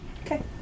Okay